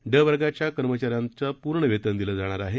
ड वर्गाच्या कर्मचाऱ्यांच्या पूर्ण वेतन दिलं जाणार आहे